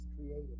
created